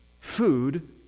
Food